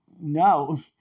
no